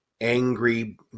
angry